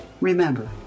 Remember